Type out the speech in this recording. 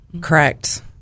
Correct